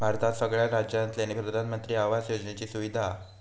भारतात सगळ्या राज्यांतल्यानी प्रधानमंत्री आवास योजनेची सुविधा हा